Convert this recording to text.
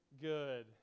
good